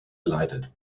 geleitet